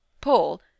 Paul